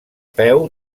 peu